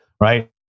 right